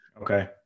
Okay